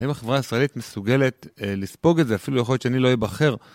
האם החברה הישראלית מסוגלת לספוג את זה, אפילו יכול להיות שאני לא אבחר?